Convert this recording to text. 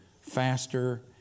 faster